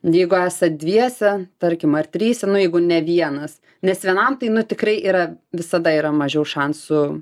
jeigu esat dviese tarkim ar trise na jeigu ne vienas nes vienam tai nu tikrai yra visada yra mažiau šansų